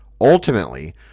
Ultimately